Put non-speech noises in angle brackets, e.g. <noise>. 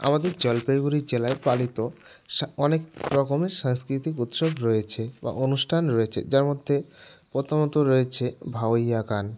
আমাদের জলপাইগুড়ি জেলায় পালিত <unintelligible> অনেক রকমের সাংস্কৃতিক উৎসব রয়েছে বা অনুষ্ঠান রয়েছে যার মধ্যে প্রথমত রয়েছে ভাওয়াইয়া গান